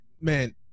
man